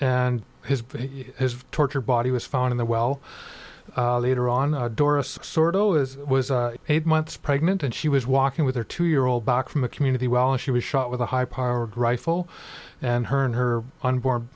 and has been tortured body was found in the well later on doris sort o is eight months pregnant and she was walking with her two year old back from a community while she was shot with a high powered rifle and her and her unborn